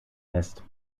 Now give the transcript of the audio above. lässt